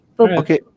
Okay